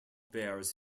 bears